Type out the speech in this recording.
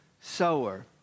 sower